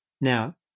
Now